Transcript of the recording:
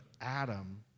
Adam